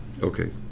Okay